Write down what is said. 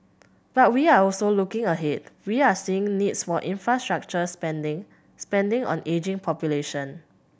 but we are also looking ahead we are seeing needs for infrastructure spending spending on ageing population